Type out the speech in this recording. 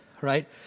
right